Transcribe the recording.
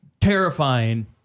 terrifying